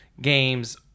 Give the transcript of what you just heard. games